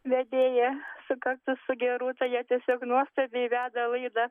vedėją kartu su gerūta jie tiesiog nuostabiai veda laidą